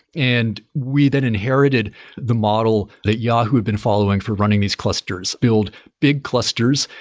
and we then inherited the model that yahoo had been following for running these clusters build big clusters,